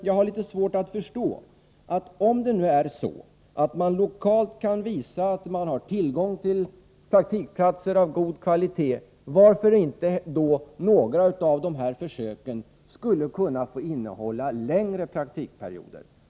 Jag har litet svårt att förstå, om det nu är så att man lokalt kan visa att man har tillgång till praktikplatser av god kvalitet, varför inte några av dessa försök skulle kunna omfatta längre praktikperioder.